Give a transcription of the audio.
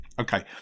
Okay